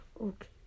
okay